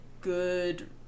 good